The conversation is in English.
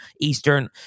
Eastern